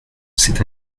c’est